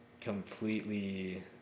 completely